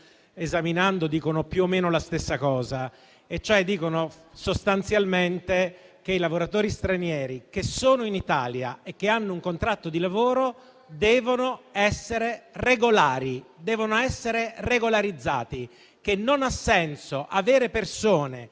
esaminando dicono più o meno la stessa cosa. Essi dicono sostanzialmente che i lavoratori stranieri che sono in Italia e hanno un contratto di lavoro devono essere regolari, devono essere regolarizzati. Non ha senso avere persone